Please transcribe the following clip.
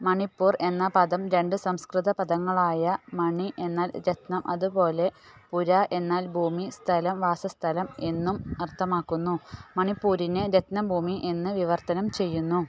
മണിപ്പൂർ എന്ന പദം രണ്ട് സംസ്കൃത പദങ്ങളായ മണി എന്നാൽ രത്നം അതുപോലെ പുര എന്നാൽ ഭൂമി സ്ഥലം വാസസ്ഥലം എന്നും അർത്ഥമാക്കുന്നു മണിപ്പൂരിനെ രത്നഭൂമി എന്ന് വിവർത്തനം ചെയ്യുന്നു